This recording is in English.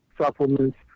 supplements